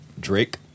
drake